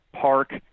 park